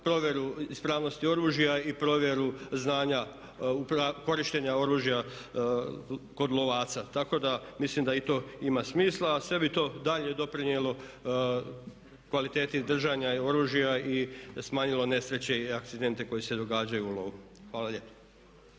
ispravnosti oružja i provjeru znanja korištenja oružja kod lovaca. Tako da mislim da i to ima smisla, a sve bi to dalje doprinijelo kvaliteti držanja oružja i smanjilo nesreće i akcidente koji se događaju u lovu. Hvala lijepa.